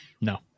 No